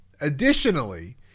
additionally